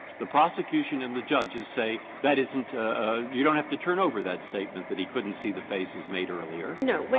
the prosecution and the judges say that isn't you don't have to turn over that statement that he couldn't see the faces made earlier. andrieu no,